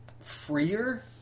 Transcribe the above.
freer